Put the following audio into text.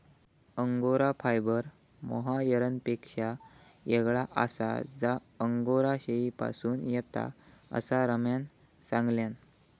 angora fibre मोहायरपेक्षा येगळा आसा जा अंगोरा शेळीपासून येता, असा रम्यान सांगल्यान